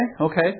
Okay